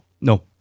No